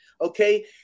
Okay